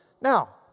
Now